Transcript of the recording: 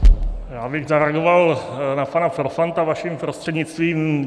Já bych zareagoval na pana Profanta vaším prostřednictvím.